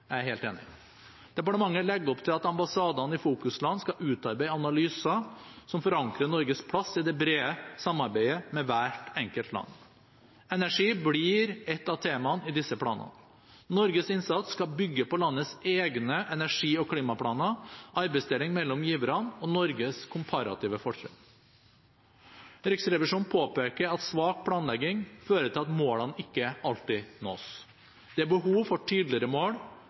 Jeg er helt enig. Departementet legger opp til at ambassadene i fokusland skal utarbeide analyser som forankrer Norges plass i det brede samarbeidet med hvert enkelt land. Energi blir ett av temaene i disse planene. Norges innsats skal bygge på landets egne energi- og klimaplaner, arbeidsdeling mellom giverne og Norges komparative fortrinn. Riksrevisjonen påpeker at svak planlegging fører til at målene ikke alltid nås. Det er behov for tydeligere mål,